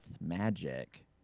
magic